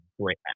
great